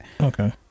Okay